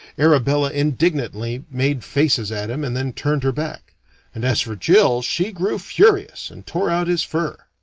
arabella indignantly made faces at him and then turned her back and as for jill, she grew furious, and tore out his fur.